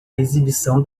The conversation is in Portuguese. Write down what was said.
exibição